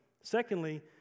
Secondly